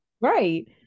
Right